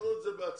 יממנו את זה בעצמם.